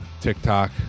TikTok